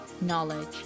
knowledge